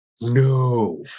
no